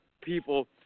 People